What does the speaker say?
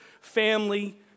family